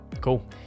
Cool